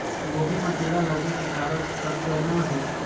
गोभी म कीड़ा लगे के कारण कतना हे?